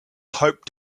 hoped